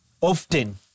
often